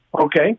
okay